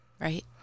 right